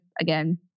Again